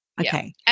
okay